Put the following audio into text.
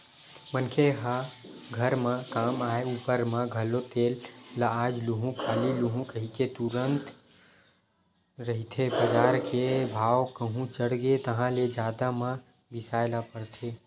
मनखे ह घर म काम आय ऊपर म घलो तेल ल आज लुहूँ काली लुहूँ कहिके तुंगत रहिथे बजार के भाव कहूं चढ़गे ताहले जादा म बिसाय ल परथे